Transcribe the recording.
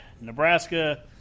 Nebraska